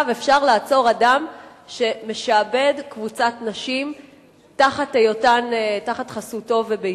אפשר לעצור אדם שמשעבד קבוצת נשים תחת חסותו בביתו.